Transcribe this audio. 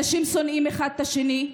אנשים שונאים אחד את השני,